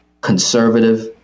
conservative